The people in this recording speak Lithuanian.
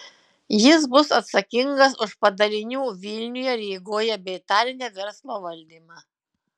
jis bus atsakingas už padalinių vilniuje rygoje bei taline verslo valdymą